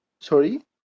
Sorry